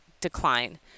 decline